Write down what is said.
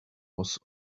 was